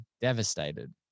devastated